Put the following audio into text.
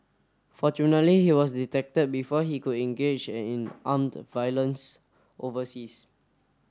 fortunately he was detected before he could engage and in armed violence overseas